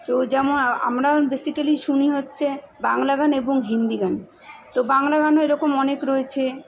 কেউ যেমন আমরা বেসিকালি শুনি হচ্ছে বাংলা গান এবং হিন্দি গান তো বাংলা গানও এরকম অনেক রয়েছে